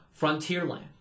Frontierland